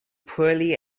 poorly